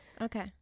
Okay